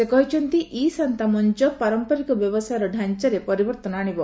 ସେ କହିଛନ୍ତି ଇ ଶାନ୍ତା ମଞ୍ଚ ପାରମ୍ପିରିକ ବ୍ୟବସାୟର ଢାଞ୍ଚାରେ ପରିବର୍ତ୍ତନ ଆଶିବ